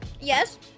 Yes